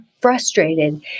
frustrated